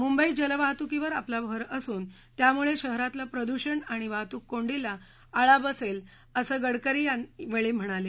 मुंबईत जलवाहतूकीवर आपला भर असून यामुळे शहरातलं प्रदुषण आणि वाहतूक कोंडीला आळा बसेल असं गडकरी यावेळी म्हणाले